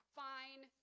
fine